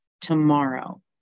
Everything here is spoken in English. tomorrow